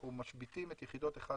אנחנו משביתים את יחידות 4-1,